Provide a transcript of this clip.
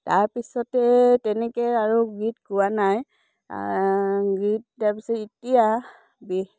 তাৰপিছতে তেনেকৈ আৰু গীত গোৱা নাই গীত তাৰপিছত এতিয়া